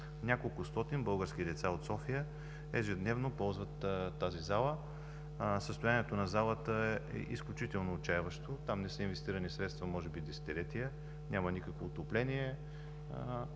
Неколкостотин български деца от София ежедневно я ползват. Състоянието на залата е изключително отчайващо. Там не са инвестирани средства може би от десетилетия. Няма никакво отопление.